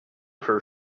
her